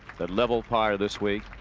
the level par this week.